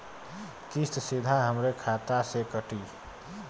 किस्त सीधा हमरे खाता से कटी?